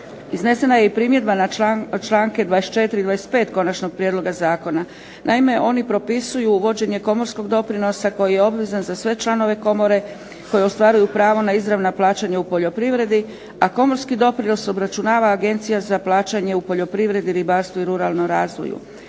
Iznesena je i primjedba na članke 24., 25. konačnog prijedloga zakona. Naime oni propisuju vođenje komorskog doprinosa, koji je obvezan za sve članove komore, koji ostvaruju pravo na izravna plaćanja u poljoprivredi, a komorski doprinos obračunava Agencija za plaćanje u poljoprivredi, ribarstvu i ruralnom razvoju.